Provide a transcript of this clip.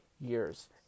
years